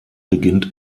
beginnt